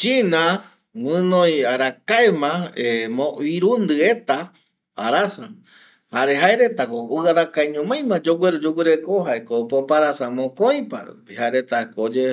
China guinoi arakaema irundɨ eta arasa jare jaeretako arakae ñomaima yogueru yoguireko jaeko poparasa mokoipa rupi jae retako je